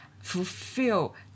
fulfill